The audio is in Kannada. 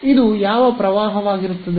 ಇದು ಯಾವ ಪ್ರವಾಹವಾಗಿರುತ್ತದೆ